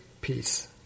peace